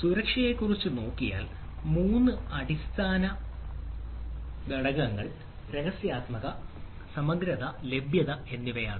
സുരക്ഷയെക്കുറിച്ച് നോക്കിയാൽ 3 അടിസ്ഥാന ഘടകങ്ങൾ രഹസ്യാത്മകത സമഗ്രത ലഭ്യത എന്നിവയാണ്